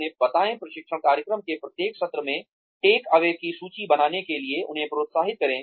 उन्हें बताएंप्रशिक्षण कार्यक्रम के प्रत्येक सत्र में टेकअवे की सूची बनाने के लिए उन्हें प्रोत्साहित करें